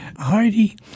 Heidi